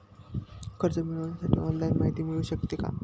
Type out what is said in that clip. कर्ज मिळविण्यासाठी ऑनलाईन माहिती मिळू शकते का?